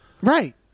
Right